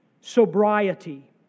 sobriety